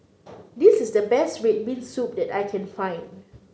this is the best red bean soup that I can find